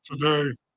today